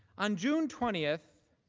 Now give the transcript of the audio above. on june twenty,